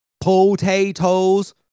Potatoes